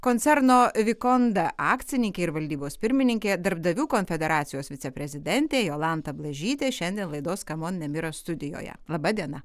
koncerno vikonda akcininkė ir valdybos pirmininkė darbdavių konfederacijos viceprezidentė jolanta blažytė šiandien laidos cmon nemira studijoje laba diena